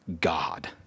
God